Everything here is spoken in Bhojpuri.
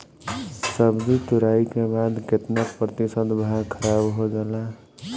सब्जी तुराई के बाद केतना प्रतिशत भाग खराब हो जाला?